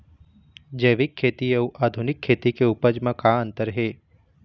जैविक खेती अउ आधुनिक खेती के उपज म का अंतर हे?